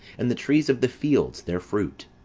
and the trees of the fields their fruit.